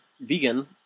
vegan